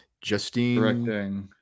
justine